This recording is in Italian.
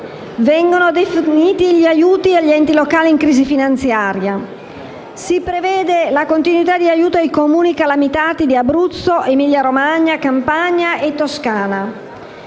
inoltre definiti gli aiuti agli enti locali in crisi finanziaria e si prevede la continuità di aiuto ai Comuni calamitati di Abruzzo, Emilia-Romagna, Campania e Toscana.